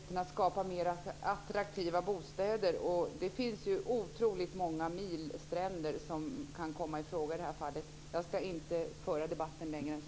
Fru talman! Det gäller också möjligheterna att skapa mera attraktiva bostäder. Det finns oerhört många mil av stränder som kan komma i fråga i det här fallet. Jag ska inte föra debatten längre än så.